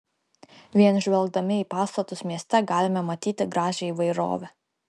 vien žvelgdami į pastatus mieste galime matyti gražią įvairovę